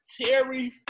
Terry